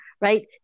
right